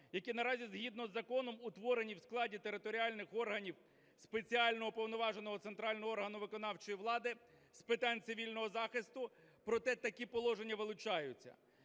які наразі згідно з законом утворені в складі територіальних органів спеціально уповноваженого центрального органу виконавчої влади з питань цивільного захисту, проте такі положення вилучаються.